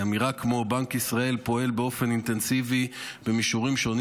אמירה כמו: בנק ישראל פועל באופן אינטנסיבי במישורים שונים